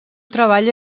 treball